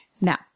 now